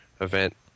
event